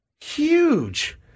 huge